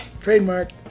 trademark